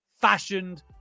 fashioned